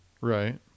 Right